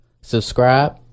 subscribe